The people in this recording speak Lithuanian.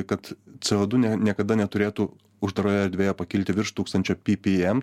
kad co du niekada neturėtų uždaroje erdvėje pakilti virš tūkstančio ppm